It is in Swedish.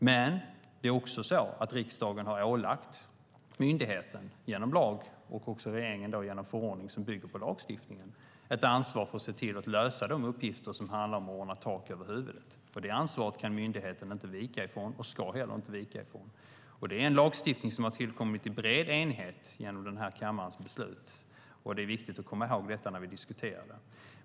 Men det är också så att riksdagen har ålagt myndigheten genom lagstiftning och regeringen genom en förordning som bygger på lagstiftningen ett ansvar för att lösa de uppgifter som handlar om att ordna tak över huvudet. Det ansvaret kan myndigheten inte vika från och ska heller inte vika från. Det är en lagstiftning som har tillkommit i bred enighet genom den här kammarens beslut, och det är viktigt att komma ihåg detta när vi diskuterar det.